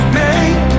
made